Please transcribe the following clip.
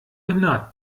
naht